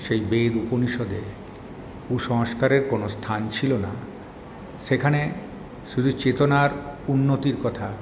সেই বেদ উপনিষদে কুসংস্কারের কোনো স্থান ছিল না সেখানে শুধু চেতনার উন্নতির কথা